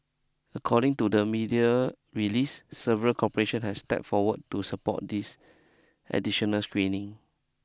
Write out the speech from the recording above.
according to the media release several corporation have stepped forward to support these additional screening